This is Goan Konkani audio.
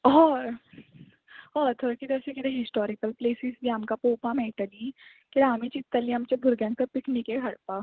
होय हय थंय किदें अशें किदें हिस्टोरिकल प्लेसीस बी आमकां पळोवपा मेळटलीं किद्याक आमी चित्तली आमच्या भुरग्यांचो पिकनिके हाडपा